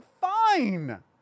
fine